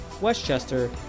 Westchester